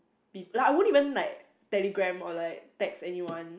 like I wouldn't even like Telegram or like text anyone